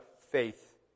faith